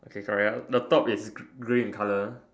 okay correct the top is grey in colour